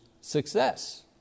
success